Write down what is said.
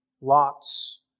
Lot's